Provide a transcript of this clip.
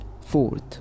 Fourth